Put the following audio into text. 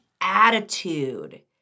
attitude